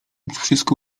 wszystko